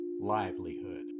livelihood